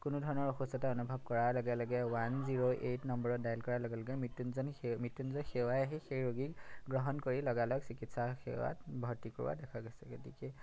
কোনো ধৰণৰ অসুস্থতা অনুভৱ কৰাৰ লগে লগে ওৱান জিৰ' এইট নম্বৰত ডায়েল কৰাৰ লগে লগে মৃত্যুঞ্জয়ৰ সেই মৃত্যুঞ্জয় সেৱাইহে সেই ৰোগীক গ্ৰহণ কৰি লগালগ চিকিৎসা সেৱাত ভৰ্তি কৰোৱা দেখা গৈছে গতিকে